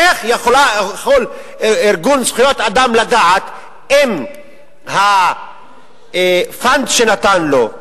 איך יכול ארגון זכויות אדם לדעת אם ה-fund שנתן לו,